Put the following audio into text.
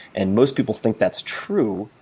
and most people think that's true,